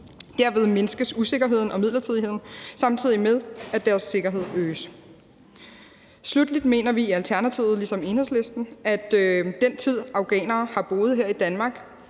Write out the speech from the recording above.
Derved mindskes usikkerheden og midlertidigheden, samtidig med at deres sikkerhed øges. Sluttelig mener vi i Alternativet ligesom Enhedslisten, at den tid, afghanere har boet her i Danmark